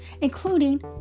including